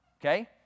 Okay